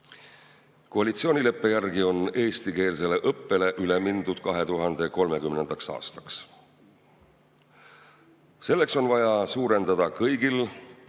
Koalitsioonileppe järgi on eestikeelsele õppele üle mindud 2030. aastaks. Selleks on vaja suurendada kõigil